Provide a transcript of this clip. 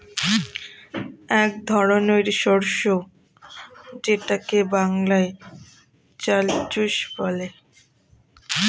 এক ধরনের শস্য যেটাকে বাংলায় চাল চুষ বলে